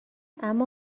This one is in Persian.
اما